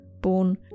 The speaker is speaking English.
born